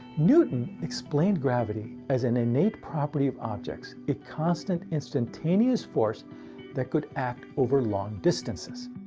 newton explained gravity as an innate property of objects a constant instantaneous force that could act over long distances.